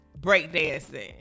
breakdancing